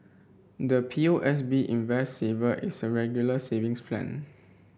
the P O S B Invest Saver is a Regular Savings Plan